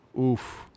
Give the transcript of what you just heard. oof